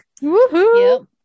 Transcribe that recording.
Woohoo